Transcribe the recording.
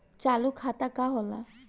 चालू खाता का होला?